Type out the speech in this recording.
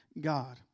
God